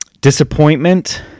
disappointment